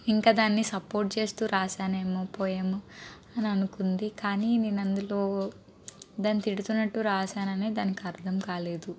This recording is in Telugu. ఇంకా దాన్ని సపోర్ట్ చేస్తు రాసాను ఏమో పోయము అని అనుకుంది కానీ నేను అందులో దాన్ని తిడుతున్నట్టు రాసానని దానికి అర్థం కాలేదు